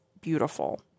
beautiful